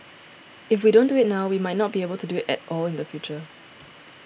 if we don't do it now we might not be able do it at all in the future